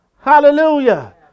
Hallelujah